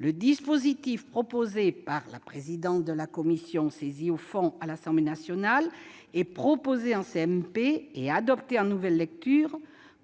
mixte paritaire par la présidente de la commission saisie au fond à l'Assemblée nationale et adopté par l'Assemblée en nouvelle lecture